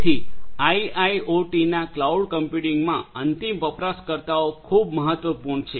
તેથી આઇઆઇઓટીના ક્લાઉડ કમ્પ્યુટિંગમાં અંતિમ વપરાશકર્તાઓ ખૂબ મહત્વપૂર્ણ છે